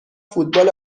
فوتبال